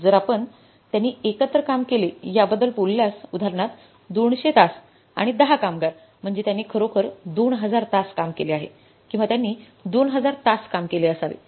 जर आपण त्यांनी एकत्र काम केले याबद्दल बोलल्यास उदाहरणार्थ 200 तास आणि 10 कामगार म्हणजे त्यांनी खरोखर 2000 तास काम केले आहे किंवा त्यांनी 2000 तास काम केले असावे